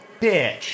bitch